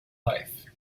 life